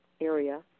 area